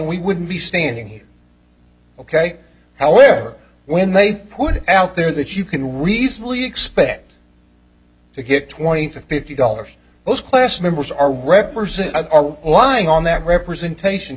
we wouldn't be standing here ok however when they put it out there that you can reasonably expect to get twenty to fifty dollars those class members are represented by lying on that representation